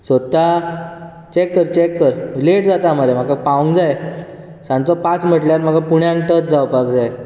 सोदता चॅक कर चॅक कर लेट जाता मरे म्हाका पावूंक जाय सांजचो पांच म्हणल्यार म्हाका पुण्यांत टच जावपाक जाय